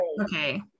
Okay